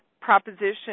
proposition